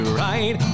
right